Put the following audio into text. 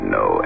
no